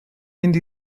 mynd